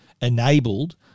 enabled